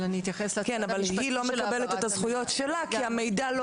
אבל היא לא מקבלת את הזכויות שלה כי המידע לא